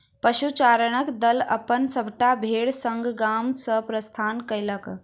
पशुचारणक दल अपन सभटा भेड़ संग गाम सॅ प्रस्थान कएलक